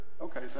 okay